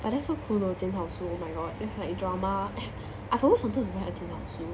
but that's so cool though 检讨书 oh my god that's like drama I've always wanted to write a 检讨书